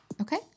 okay